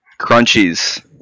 Crunchies